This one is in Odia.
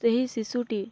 ସେହି ଶିଶୁଟି